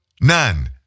none